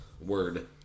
Word